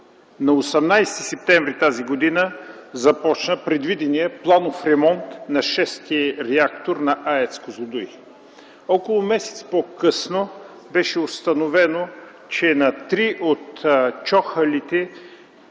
На 18 септември т.г. започна предвидения планов ремонт на VІ реактор на АЕЦ „Козлодуй”. Около месец по-късно беше установено, че на три от чохлите